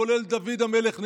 כולל דוד המלך,